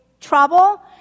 trouble